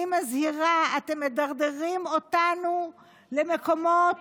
אני מזהירה: אתם מדרדרים אותנו למקומות